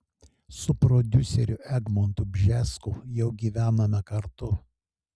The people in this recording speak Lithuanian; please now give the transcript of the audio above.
su prodiuseriu egmontu bžesku jau gyvename kartu